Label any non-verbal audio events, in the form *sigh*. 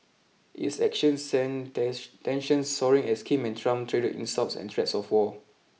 its actions sent *unintelligible* tensions soaring as Kim and Trump traded insults and threats of war